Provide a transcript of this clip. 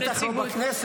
בטח לא בכנסת.